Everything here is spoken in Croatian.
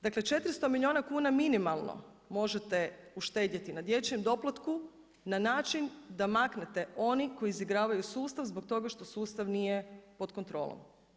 Dakle, 400 milijuna kuna minimalno možete uštedjeti na dječjem doplatku na način da maknete one koji izigravaju sustav zbog toga što sustav nije pod kontrolom.